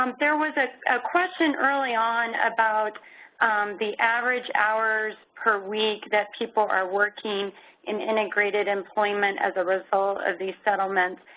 um there was a question early on about the average hours per week that people are working in integrated employment as a result of these settlements,